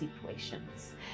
situations